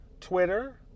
Twitter